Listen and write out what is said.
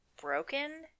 broken